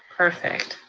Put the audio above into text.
perfect.